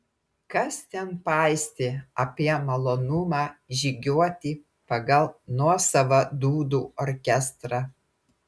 kas ten paistė apie malonumą žygiuoti pagal nuosavą dūdų orkestrą